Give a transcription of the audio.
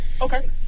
Okay